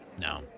no